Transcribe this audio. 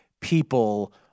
people